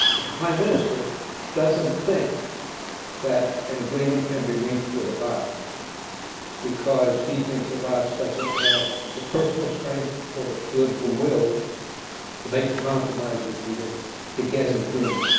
but the prime minister doesn't think that an agreement can be reached with abbas because he thinks abbas doesn't have the personal strength or the political will to make the compromises needed to get an agreement,